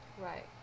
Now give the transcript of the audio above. Right